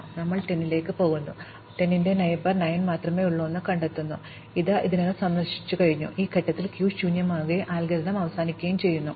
അവസാനമായി ഞങ്ങൾ 10 ലേക്ക് പോകുന്നു ഇതിന് ഒരു അയൽക്കാരൻ 9 മാത്രമേ ഉള്ളൂവെന്ന് ഞങ്ങൾ കണ്ടെത്തി അത് ഇതിനകം സന്ദർശിച്ചു ഈ ഘട്ടത്തിൽ ക്യൂ ശൂന്യമാവുകയും അൽഗോരിതം അവസാനിക്കുകയും ചെയ്യുന്നു